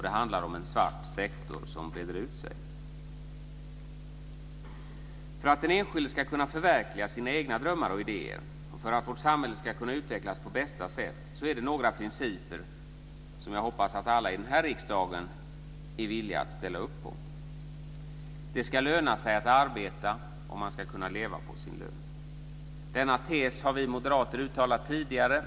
Det handlar om en svart sektor som breder ut sig. För att den enskilde ska kunna förverkliga sina egna drömmar och idéer och för att vårt samhälle ska kunna utvecklas på bästa sätt är det några principer som jag hoppas att alla i den här riksdagen är villiga att ställa upp på. · Det ska löna sig att arbeta, och man ska kunna leva på sin lön. Denna tes har vi moderater uttalat tidigare.